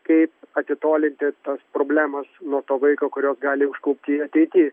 kaip atitolinti tas problemas nuo to vaiko kurios gali užklupti ateityje